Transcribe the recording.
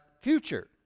future